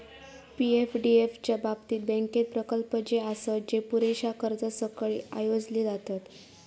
पी.एफडीएफ च्या बाबतीत, बँकेत प्रकल्प जे आसत, जे पुरेशा कर्जासकट आयोजले जातत